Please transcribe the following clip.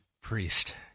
Priest